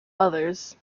others